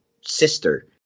sister